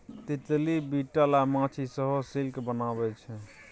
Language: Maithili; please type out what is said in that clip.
तितली, बिटल अ माछी सेहो सिल्क बनबै छै